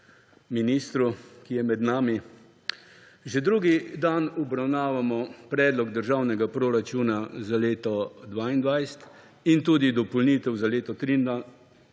ministru, ki je med nami. Že drugi dan obravnavamo predlog državnega proračuna za leto 2022 in tudi dopolnitev za leto 2023,